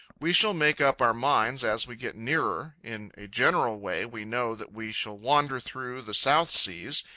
we shall make up our minds as we get nearer, in a general way we know that we shall wander through the south seas,